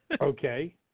Okay